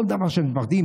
כל דבר שמפחדים,